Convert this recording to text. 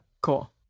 Cool